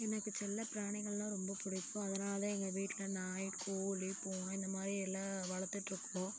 எனக்கு செல்ல பிராணிகள்னா ரொம்ப பிடிக்கும் அதனால் தான் எங்க வீட்டில் நாய் கோழி பூனை இந்த மாதிரி எல்லாம் வளர்த்துட்டு இருக்கோம்